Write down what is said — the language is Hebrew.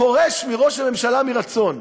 פורש ראש הממשלה מרצון,